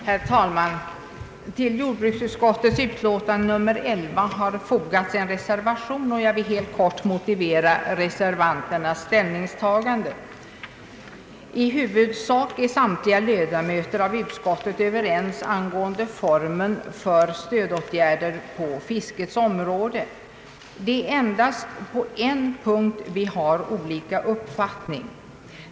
Herr talman! Till jordbruksutskottets utlåtande nr 11 har fogats en reservation, och jag vill helt kort motivera reservanternas ställningstagande. I huvudsak är samtliga ledamöter av utskottet överens om formen för stödåtgärder på fiskets område. Det är endast på en punkt vi har olika uppfattningar.